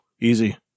Easy